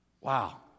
Wow